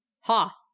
Ha